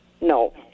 No